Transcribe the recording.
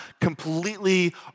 completely